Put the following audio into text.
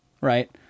right